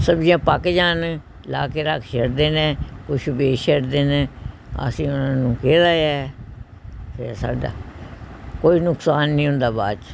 ਸਬਜ਼ੀਆਂ ਪੱਕ ਜਾਣ ਲਾਹ ਕੇ ਰੱਖ ਛੱਡਦੇ ਨੇ ਕੁਛ ਵੇਚ ਛੱਡਦੇ ਨੇ ਅਸੀਂ ਉਹਨਾਂ ਨੂੰ ਕਿਹਾ ਹੋਇਆ ਫੇਰ ਸਾਡਾ ਕੋਈ ਨੁਕਸਾਨ ਨਹੀਂ ਹੁੰਦਾ ਬਾਅਦ 'ਚ